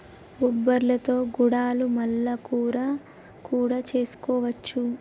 బొబ్బర్లతో గుడాలు మల్ల కూర కూడా చేసుకోవచ్చు